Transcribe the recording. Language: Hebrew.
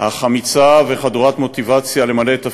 אך אמיצה וחדורת מוטיבציה למלא את תפקידה,